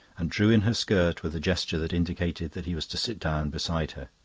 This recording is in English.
and drew in her skirt with a gesture that indicated that he was to sit down beside her.